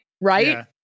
Right